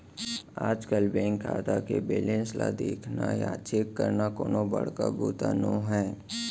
आजकल बेंक खाता के बेलेंस ल देखना या चेक करना कोनो बड़का बूता नो हैय